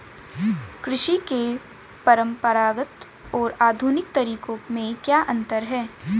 कृषि के परंपरागत और आधुनिक तरीकों में क्या अंतर है?